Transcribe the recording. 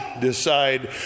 decide